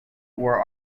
were